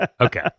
Okay